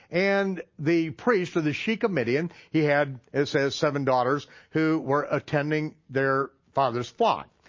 and the priest, or the sheik of midian, he had, it says seven daughters who were attending their father's flock.